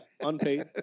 unpaid